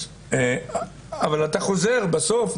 אבל אתה חוזר בסוף,